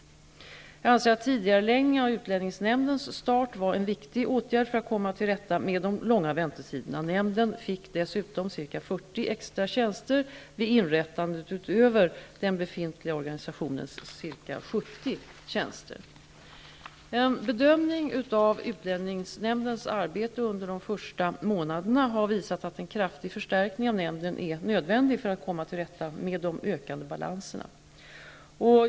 Jag anser att tidigareläggningen av utlänningsnämndens start var en viktig åtgärd för att komma till rätta med de långa väntetiderna. Nämnden fick dessutom ca 40 En bedömning av utlänningsnämndens arbete under de första månaderna har visat att en kraftig förstärkning av nämnden är nödvändig för att komma tillrätta med de ökande balanserna.